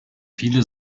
viele